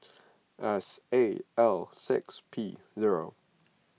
S A L six P zero